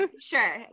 sure